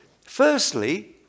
Firstly